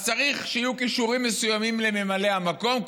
צריך שיהיו כישורים מסוימים לממלא המקום,